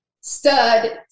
stud